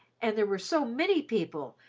and there were so many people,